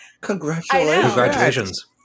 Congratulations